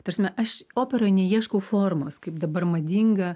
ta prasme aš operoj neieškau formos kaip dabar madinga